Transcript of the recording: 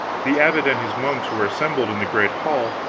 the abbot and his monks were assembled in the great hall,